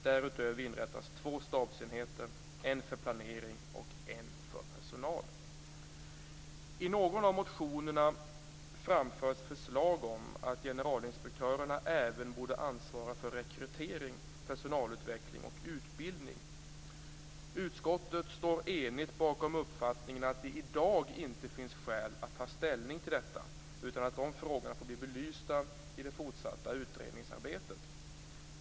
Därutöver inrättas två stabsenheter, en för planering och en för personal. I någon av motionerna framförs förslag om att generalinspektörerna borde ansvara även för rekrytering, personalutveckling och utbildning. Utskottet står enigt bakom uppfattningen att det i dag inte finns skäl att ta ställning till detta, utan att dessa frågor får bli belysta i det fortsatta utredningsarbetet.